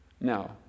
No